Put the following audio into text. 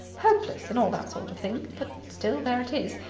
hopeless, and all that sort of thing, but still there it is.